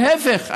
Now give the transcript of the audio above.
להפך,